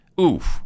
oof